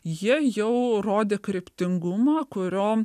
jie jau rodė kryptingumą kurio